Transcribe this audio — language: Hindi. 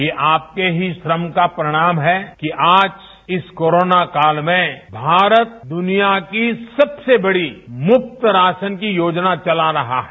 यह आपके ही श्रम का परिणाम है कि आज इस कोरोना काल में भारत दुनिया की सबसे बड़ी मुफ्त राशन की परियोजना चला रहा है